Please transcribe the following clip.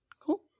Cool